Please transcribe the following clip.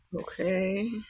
Okay